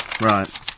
Right